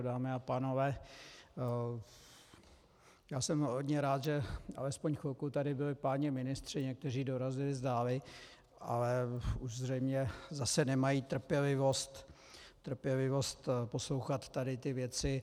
Dámy a pánové, já jsem hodně rád, že alespoň chvilku tady byli páni ministři, někteří dorazili zdáli, ale už zřejmě zase nemají trpělivost poslouchat tady ty věci.